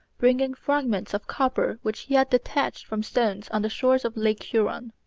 bringing fragments of copper which he had detached from stones on the shores of lake huron.